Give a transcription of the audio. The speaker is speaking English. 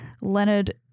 Leonard